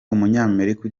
umunyamerika